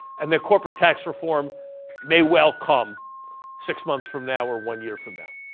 and that corporate tax reform may well come six months from now or one year from now.